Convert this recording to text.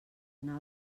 una